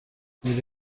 نیروی